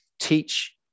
teach